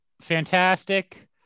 fantastic